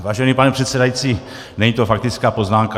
Vážený pane předsedající, není to faktická poznámka.